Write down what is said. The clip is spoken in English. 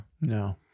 No